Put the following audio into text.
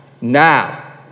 now